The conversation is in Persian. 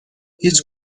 هیچ